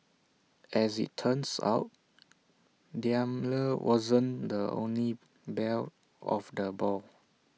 as IT turns out Daimler wasn't the only belle of the ball